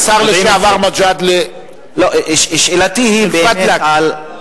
השר לשעבר מג'אדלה, מִן פאדלק.